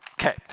Okay